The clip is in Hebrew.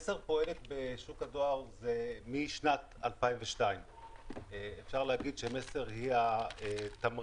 מסר פועלת בשוק הדואר משנת 2002. אפשר להגיד שמסר היא התמריץ,